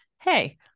Hey